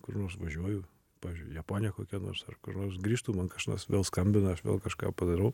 kur nors važiuoju pavyzdžiui į japoniją kokią nors ar kur nors grįžtu man kažnors vėl skambina aš vėl kažką padarau